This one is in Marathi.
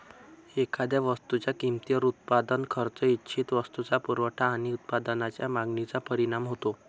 एखाद्या वस्तूच्या किमतीवर उत्पादन खर्च, इच्छित वस्तूचा पुरवठा आणि उत्पादनाच्या मागणीचा परिणाम होतो